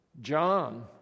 John